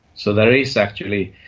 so there is actually,